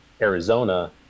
Arizona